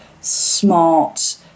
smart